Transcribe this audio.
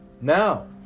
Now